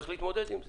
איך להתמודד עם זה.